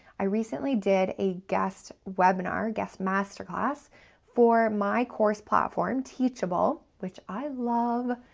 i recently did a guest webinar, guest masterclass for my course platform, teachable, which i love.